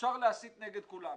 עדיין אפשר להסית נגד כולם.